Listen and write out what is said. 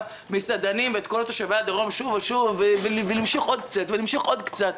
המסעדנים וכל תושבי הדרום שוב ושוב ולמשוך עוד קצת ולמשוך עוד קצת.